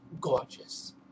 gorgeous